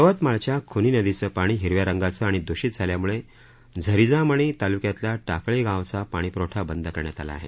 यवतमाळच्या खूनी नदीचं पाणी हिरव्या रंगाचं आणि द्रषित झाल्याम्ळे झरिजामणी ताल्क्यातल्या टाकळी गावाचा पाणीप्रवठा बंद करण्यात आला आहे